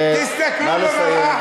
נא לסיים.